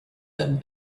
them